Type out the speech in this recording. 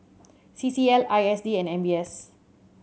C C L I S D and M B S